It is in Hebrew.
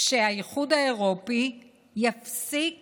שהאיחוד האירופי יפסיק